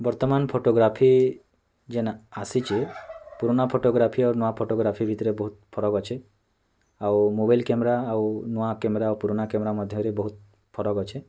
ବର୍ତ୍ତମାନ୍ ଫଟୋଗ୍ରାଫି ଯେନ୍ ଆସିଛି ପୁରୁଣା ଫଟୋଗ୍ରାଫି ଆଉ ନୂଆ ଫଟୋଗ୍ରାଫି ଭିତରେ ବହୁତ୍ ଫରକ୍ ଅଛି ଆଉ ମୋବାଇଲ୍ କ୍ୟାମେରା ଆଉ ନୂଆ କ୍ୟାମେରା ଆଉ ପୁରୁଣା ମଧ୍ୟରେ ଫରକ୍ ଅଛି